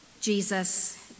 Jesus